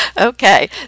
Okay